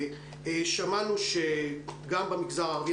אין פה שום דבר על החינוך המיוחד.